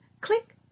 click